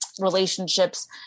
relationships